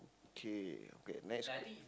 K okay next